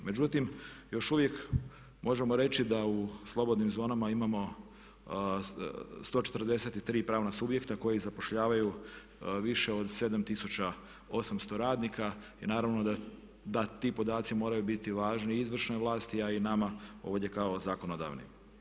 Međutim, još uvijek možemo reći da u slobodnim zonama imamo 143 pravna subjekta koji zapošljavaju više od 7 800 radnika i naravno da ti podaci moraju biti važni izvršnoj vlasti a i nama kao zakonodavnoj.